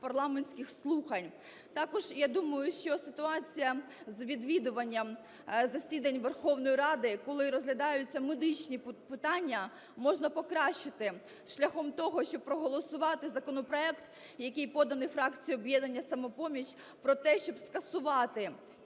Також я думаю, що ситуація з відвідуванням засідань Верховної Ради, коли розглядаються медичні питання, можна покращити шляхом того, щоб проголосувати законопроект, який поданий фракцією "Об'єднання "Самопоміч" про те, щоб скасувати